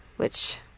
which